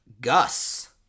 Gus